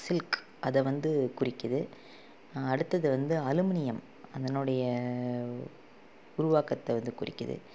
silk அதை வந்து குறிக்கிறது அடுத்தது வந்து அலுமினியம் அதனுடைய உருவாக்கத்தை வந்து குறிக்கிறது